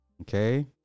Okay